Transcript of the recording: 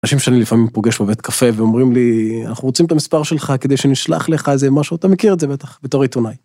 אנשים שאני לפעמים פוגש בבית קפה ואומרים לי, אנחנו רוצים את המספר שלך כדי שנשלח לך איזה משהו, אתה מכיר את זה בטח, בתור עיתונאי.